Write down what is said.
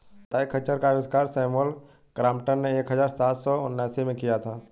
कताई खच्चर का आविष्कार सैमुअल क्रॉम्पटन ने एक हज़ार सात सौ उनासी में किया था